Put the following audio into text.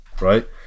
right